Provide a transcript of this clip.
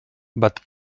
but